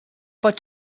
pot